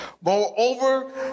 Moreover